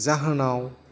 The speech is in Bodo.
जाहोनाव